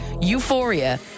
Euphoria